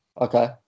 Okay